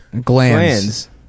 Glands